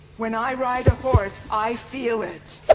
when i ride a horse, i feel it!